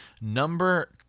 number